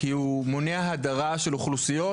כי הוא מונע הדרה של אוכלוסיות